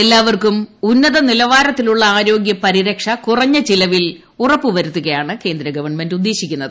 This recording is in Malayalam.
എല്ലാവർക്കും ഉന്നതനിലവാരത്തിലുള്ള ആർോഗ്യ ് പരിരക്ഷ കുറഞ്ഞ ് ചിലവിൽ ഉറപ്പുവരുത്തുകയാണ് കേന്ദ്ഗ്പ്പൺമെന്റ ഉദ്ദേശിക്കുന്നത്